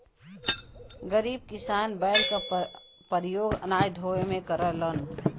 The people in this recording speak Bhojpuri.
गरीब किसान बैल क परियोग अनाज ढोवे में करलन